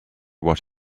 what